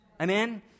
Amen